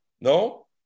no